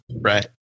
right